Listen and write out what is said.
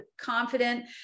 confident